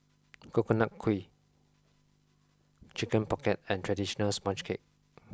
coconut kuih chicken pocket and traditional sponge cake